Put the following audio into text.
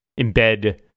embed